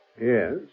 Yes